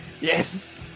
Yes